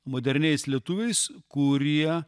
moderniais lietuviais kurie